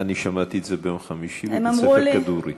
אני שמעתי את זה ביום חמישי בבית-ספר כדורי.